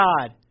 God